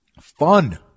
fun